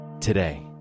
today